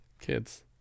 kids